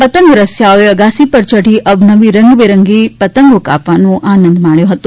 પતંગ રસીયાઓએ અગાસી પર ચઢી અવનવી રંગબે રંગી પતંગો કાપવાનો આનંદ માણ્યો હતો